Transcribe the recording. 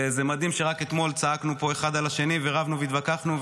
וזה מדהים שרק אתמול צעקנו פה אחד על השני ורבנו והתווכחנו,